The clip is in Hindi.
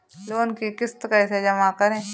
लोन की किश्त कैसे जमा करें?